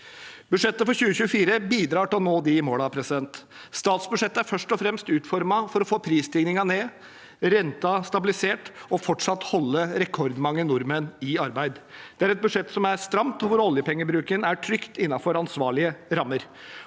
Budsjettet for 2024 bidrar til å nå disse målene. Statsbudsjettet er først og fremst utformet for å få prisstigningen ned og renten stabilisert og fortsatt holde rekordmange nordmenn i arbeid. Det er et budsjett som er stramt, og hvor oljepengebruken er trygt innenfor ansvarlige rammer.